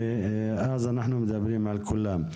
ואז אנחנו מדברים על כולם.